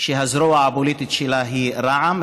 שהזרוע הפוליטית שלה היא רע"מ,